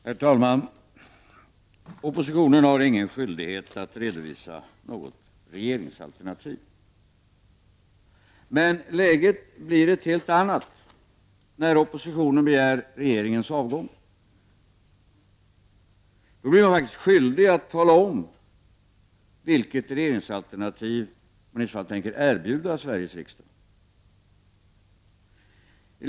Herr talman! Oppositionen har ingen skyldighet att redovisa något regeringsalternativ. Men läget blir ett helt annat när oppositionen begär regeringens avgång. Då blir man faktiskt skyldig att tala om vilket regeringsalternativ man i så fall tänker erbjuda Sveriges riksdag.